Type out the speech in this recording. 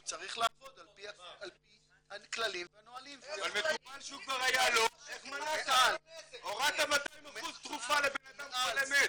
הוא צריך לעבוד על פי הכללים והנהלים -- הורדת 200% לבנאדם חולה מת.